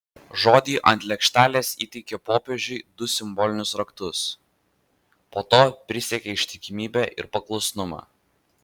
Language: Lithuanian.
žodį ant lėkštelės įteikė popiežiui du simbolinius raktus po to prisiekė ištikimybę ir paklusnumą